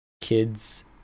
kids